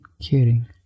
kidding